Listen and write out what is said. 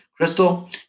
Crystal